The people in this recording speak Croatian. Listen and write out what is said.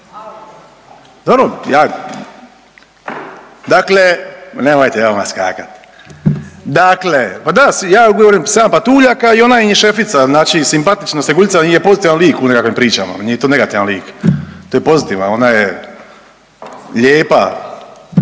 ja, dakle nemojte odma skakat, dakle pa da ja govorim 7 patuljaka i ona im je šefica, znači simpatična Snjeguljica, ona je pozitivan lik u nekim pričama, nije to negativan lik, to je pozitivan, ona je lijepa,